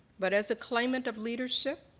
but as a claimant of leadership